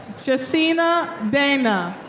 jessenia baena.